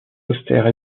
austère